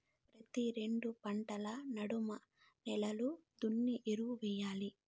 ప్రతి రెండు పంటల నడమ నేలలు దున్ని ఎరువెయ్యాలి